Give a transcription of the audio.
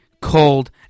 cold